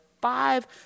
five